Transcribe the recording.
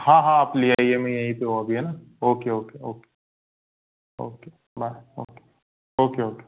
हाँ हाँ आप ले आइए मैं यही पर हूँ अभी है ना okay okay okay okay bye okay okay okay